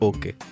Okay